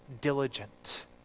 diligent